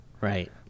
right